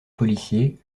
policier